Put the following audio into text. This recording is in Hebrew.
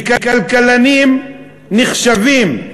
וכלכלנים נחשבים,